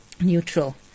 neutral